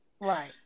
right